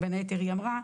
היא אמרה,